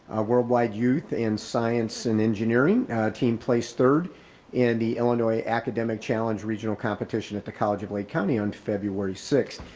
worldwide youth in science and engineering team placed third in the illinois academic challenge regional competition at the college of lake county on february six.